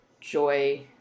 joy